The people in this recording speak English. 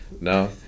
no